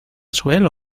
suelo